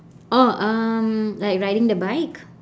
oh um like riding the bike